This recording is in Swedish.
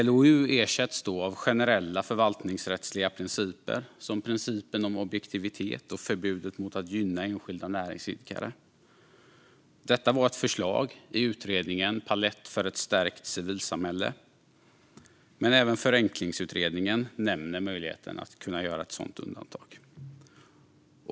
LOU ersätts då av generella förvaltningsrättsliga principer, som principen om objektivitet och förbudet mot att gynna enskilda näringsidkare. Detta var ett förslag i utredningen Palett för ett stärkt civilsamhälle , men även Förenklingsutredningen nämner möjligheten att göra ett sådant undantag.